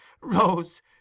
Rose